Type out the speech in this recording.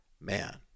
Man